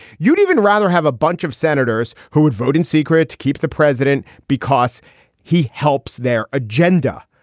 you'd even rather have a bunch of senators who would vote in secret to keep the president because he helps their agenda.